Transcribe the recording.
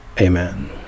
Amen